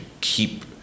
keep